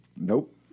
Nope